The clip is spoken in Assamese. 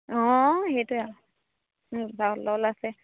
অঁ সেইটোৱে আৰু আছে